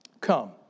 Come